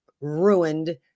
ruined